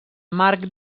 marc